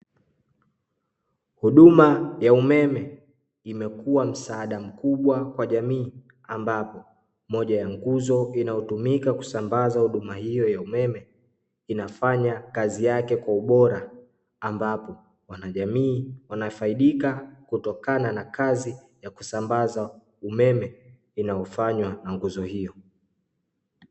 Huduma ya umeme imekua msaada mkubwa kwa jamii, ambapo moja ya nguzo inayotumika kusambaza huduma hiyo ya umeme, inafanya kazi yake kwa ubora ambapo wanajamii wanafaidika kutokana na kazi ya kusambaza umeme inayofanywa na nguzo hiyo.